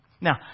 Now